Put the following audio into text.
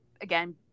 again